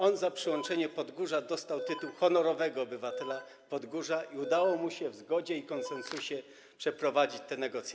On za przyłączenie Podgórza dostał tytuł honorowego obywatela Podgórza i udało mu się w zgodzie i konsensusie przeprowadzić te negocjacje.